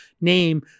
name